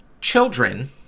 children